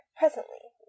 presently